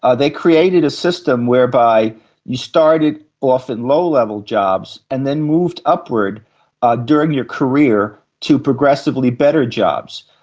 ah they created a system whereby you started off in low level jobs and then moved upward during your career to progressively better jobs.